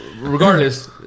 regardless